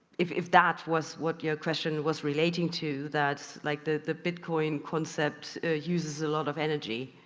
if if that was what your question was relating to, that like the the bitcoin concept uses a lot of energy?